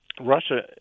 Russia